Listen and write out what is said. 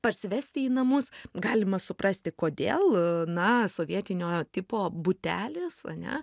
parsivesti į namus galima suprasti kodėl na sovietinio tipo butelis ane